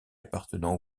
appartenant